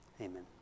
Amen